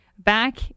Back